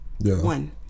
one